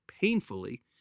painfully